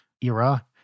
era